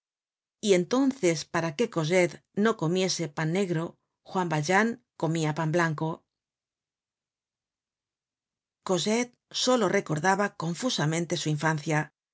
y entonces para que cosette no comiese pan negro juan valjean comia pan blanco cosette solo recordaba confusamente su infancia